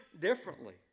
differently